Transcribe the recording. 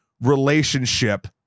relationship